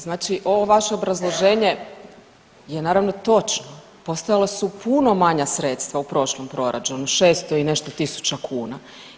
Znači ovo vaše obrazloženje je naravno točno, postojala su puno manja sredstva u prošlom proračunu 600 i nešto tisuća kuna.